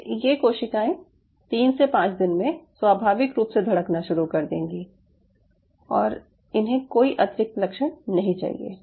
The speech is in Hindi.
अब ये कोशिकाएं 3 से 5 दिन में स्वाभाविक रूप से धड़कना शुरू कर देंगी और इन्हे कोई अतिरिक्त लक्षण नहीं चाहिए